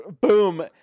boom